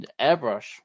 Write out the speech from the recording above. airbrush